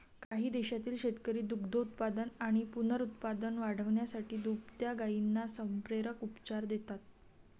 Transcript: काही देशांतील शेतकरी दुग्धोत्पादन आणि पुनरुत्पादन वाढवण्यासाठी दुभत्या गायींना संप्रेरक उपचार देतात